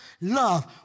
love